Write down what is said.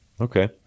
Okay